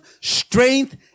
strength